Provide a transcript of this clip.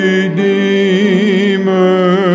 Redeemer